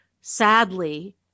sadly